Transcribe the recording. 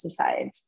pesticides